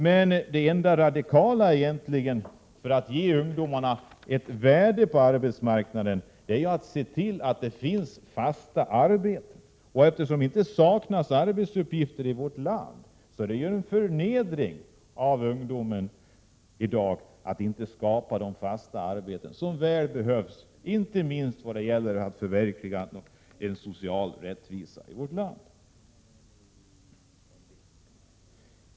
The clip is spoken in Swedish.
Men det enda radikala för att ge ungdomarna ett värde på arbetsmarknaden är egentligen att se till att det finns fasta arbeten. Och eftersom det inte saknas arbetsuppgifter innebär det ju en förnedring av ungdomen att det i dag inte skapas de fasta arbeten som så väl behövs, inte minst när det gäller att förverkliga en social rättvisa i vårt land.